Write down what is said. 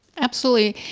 absolutely,